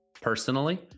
personally